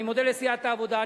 אני מודה לסיעת העבודה,